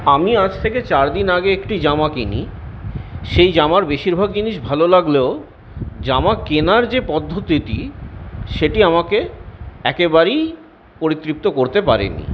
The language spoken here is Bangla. আমি আজ থেকে চার দিন আগে একটি জামা কিনি সেই জামার বেশিরভাগ জিনিস ভালো লাগলেও জামা কেনার যে পদ্ধতিটি সেটি আমাকে একেবারেই পরিতৃপ্ত করতে পারেনি